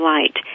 Light